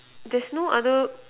there's no other